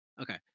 okay